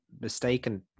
mistaken